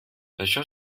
això